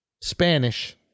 Spanish